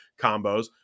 combos